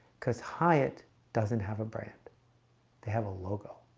because hyatt doesn't have a brand they have a logo